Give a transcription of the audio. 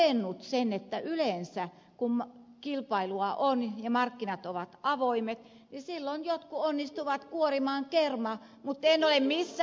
olen todennut sen että yleensä kun kilpailua on ja markkinat ovat avoimet niin silloin jotkut onnistuvat kuorimaan kermaa mutta en ole missään